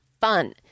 fun